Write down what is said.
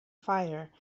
fire